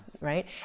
right